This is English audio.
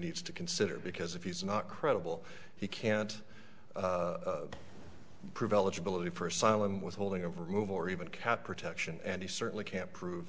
needs to consider because if he's not credible he can't privilege ability for asylum withholding of removal or even cat protection and he certainly can't prove